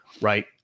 right